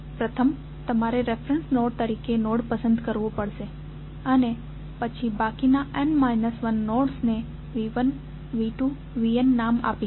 પ્રથમ તમારે reference node તરીકે નોડ પસંદ કરવો પડશે અને પછી બાકીના n 1નોડ્સને V1 V2 Vn નામ આપીશું